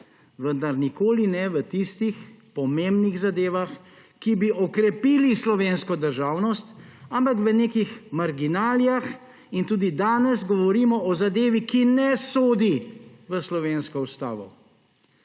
vendar nikoli ne v tistih pomembnih zadevah, ki bi okrepili slovensko državnost, ampak v nekih marginalijah in tudi danes govorimo o zadevi, ki ne sodi v slovensko ustavo.